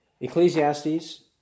Ecclesiastes